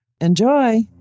Enjoy